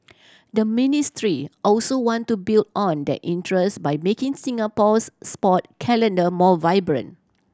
the ministry also want to build on that interest by making Singapore's sport calendar more vibrant